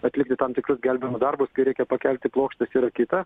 atlikti tam tikrus gelbėjimo darbus kai reikia pakelti plokštes yra kita